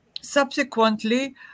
subsequently